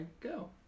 go